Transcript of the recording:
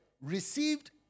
received